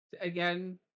Again